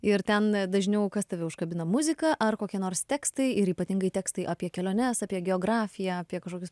ir ten dažniau kas tave užkabina muzika ar kokie nors tekstai ir ypatingai tekstai apie keliones apie geografiją apie kažkokius